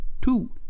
Two